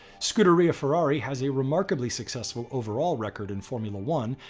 scuderia ferrari has a remarkably successful overall record in formula one.